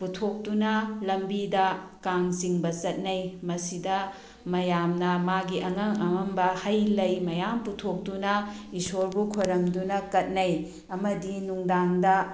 ꯄꯨꯊꯣꯛꯇꯨꯅ ꯂꯝꯕꯤꯗ ꯀꯥꯡ ꯆꯤꯡꯕ ꯆꯠꯅꯩ ꯃꯁꯤꯗ ꯃꯌꯥꯝꯅ ꯃꯥꯒꯤ ꯑꯉꯝ ꯑꯉꯝꯕ ꯍꯩꯂꯩ ꯃꯌꯥꯝ ꯄꯨꯊꯣꯛꯇꯨꯅ ꯏꯁꯣꯔꯕꯨ ꯈꯨꯔꯨꯝꯗꯨꯅ ꯀꯠꯅꯩ ꯑꯃꯗꯤ ꯅꯨꯡꯗꯥꯡꯗ